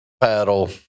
paddle